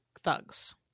thugs